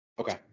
Okay